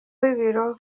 w’ibiro